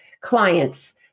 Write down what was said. clients